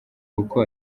uko